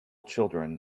children